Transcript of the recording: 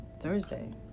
Thursday